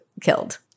killed